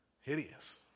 hideous